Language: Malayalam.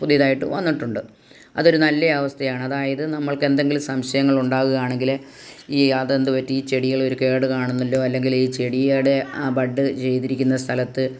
പുതിയതായിട്ട് വന്നിട്ടുണ്ട് അതൊരു നല്ലയവസ്ഥയാണ് അതായത് നമ്മൾക്ക് എന്തെങ്കിലും സംശയങ്ങൾ ഉണ്ടാകുകയാണെങ്കിൽ ഈ അതെന്തുപറ്റി ഈ ചെടികൾ ഒരു കേടു കാണുന്നല്ലോ അല്ലെങ്കിൽ ഈ ചെടിയുടെ ബഡ് ചെയ്തിരിക്കുന്ന സ്ഥലത്ത്